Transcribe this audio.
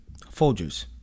Folgers